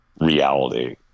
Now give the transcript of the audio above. reality